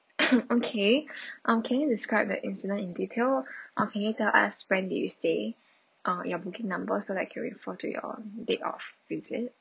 okay um can you describe the incident in detail okay can I ask when did you stay uh your booking number so like can we refer to your date of visit